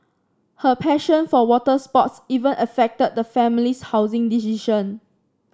her passion for water sports even affected the family's housing decision